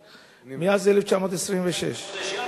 מאז 1926. עכשיו חודש ינואר.